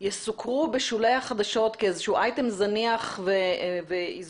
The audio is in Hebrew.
יסוקרו בשולי החדשות כאיזשהו אייטם זניח ואזוטרי,